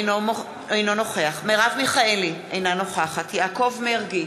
אינו נוכח מרב מיכאלי, אינה נוכחת יעקב מרגי,